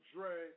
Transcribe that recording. Dre